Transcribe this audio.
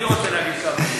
אני רוצה להגיד כמה מילים.